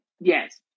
yes